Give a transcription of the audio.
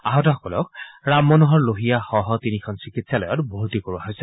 আহতসকলক ৰাম মনোহৰ লোহিয়াসহ তিনিখন চিকিৎসালয়ত ভৰ্তি কৰোৱা হৈছে